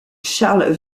charles